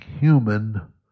human